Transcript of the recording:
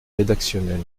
rédactionnel